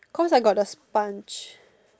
cause I got the sponge